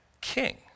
king